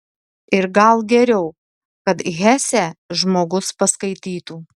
ir gal geriau kad hesę žmogus paskaitytų